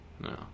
No